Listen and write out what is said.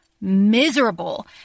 miserable